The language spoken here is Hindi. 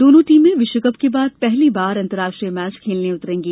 दोनों टीमें विश्व कप के बाद पहली बार अंतरराष्ट्रीय मैच खेलने उतरेंगी